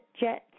Jets